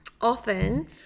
often